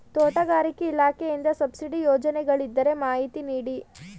ತೋಟಗಾರಿಕೆ ಇಲಾಖೆಯಿಂದ ಸಬ್ಸಿಡಿ ಯೋಜನೆಗಳಿದ್ದರೆ ಮಾಹಿತಿ ನೀಡಿ?